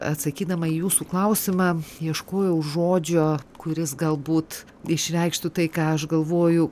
atsakydama į jūsų klausimą ieškojau žodžio kuris galbūt išreikštų tai ką aš galvoju